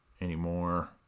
anymore